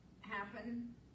happen